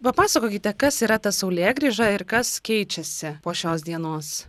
papasakokite kas yra ta saulėgrįža ir kas keičiasi po šios dienos